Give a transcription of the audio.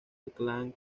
clan